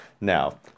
now